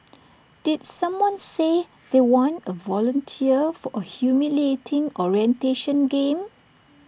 did someone say they want A volunteer for A humiliating orientation game